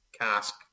cask